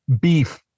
beef